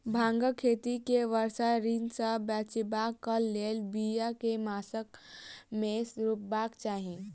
भांगक खेती केँ वर्षा ऋतु सऽ बचेबाक कऽ लेल, बिया केँ मास मे रोपबाक चाहि?